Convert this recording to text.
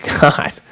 God